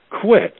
Quit